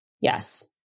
Yes